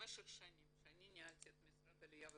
במשך שנים כשאני ניהלתי את משרד העלייה והקליטה,